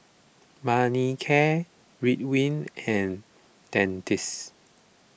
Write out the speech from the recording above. Manicare Ridwind and Dentiste